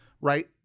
Right